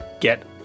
get